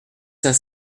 cinq